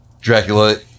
Dracula